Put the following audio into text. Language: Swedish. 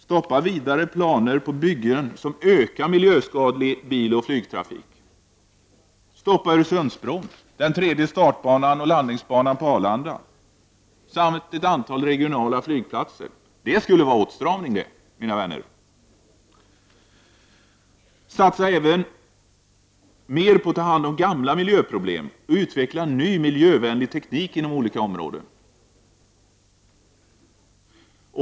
Stoppa planer på byggen som ökar miljöskadlig biloch flygtrafik, t.ex. Öresundsbron, den tredje startoch landningsbanan på Arlanda samt ett antal regionala flygplatser. Det skulle vara åtstramning det, mina vänner! Satsa även mer på att ta hand om gamla miljöproblem och utveckla ny miljövänlig teknik inom olika områden.